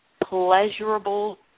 pleasurable